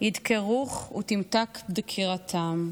ידקרוך ותמתק דקירתם,